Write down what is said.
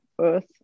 earth